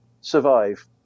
survive